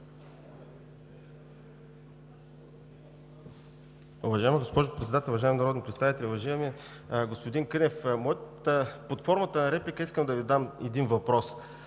Уважаема госпожо Председател, уважаеми народни представители! Уважаеми господин Кънев, под формата на реплика искам да Ви задам един въпрос.